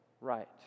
right